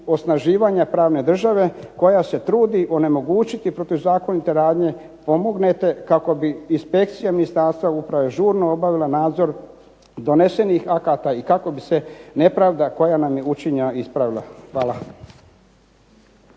osnaživanja pravne države, koja se trudi onemogućiti protuzakonite radnje, pomognete kako bi inspekcija Ministarstva uprave žurno obavila nadzor donesenih akata i kako bi se nepravda koja nam je učinjena ispravila. Hvala.